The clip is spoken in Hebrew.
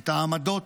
את העמדות,